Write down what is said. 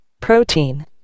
protein